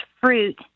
fruit